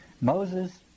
Moses